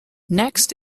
next